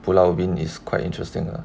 pulau ubin is quite interesting lah